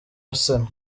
arsenal